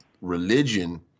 religion